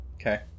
Okay